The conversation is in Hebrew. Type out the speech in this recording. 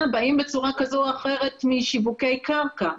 באים בצורה כזו או אחרת משיווקי קרקע.